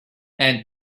and